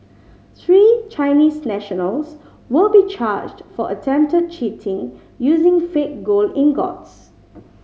three Chinese nationals will be charged for attempted cheating using fake gold ingots